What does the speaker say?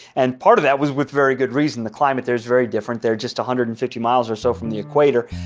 and part of that was with very good reason. the climate there is very different. they're just one hundred and fifty miles or so from the equator.